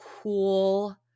cool